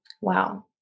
Wow